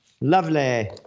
Lovely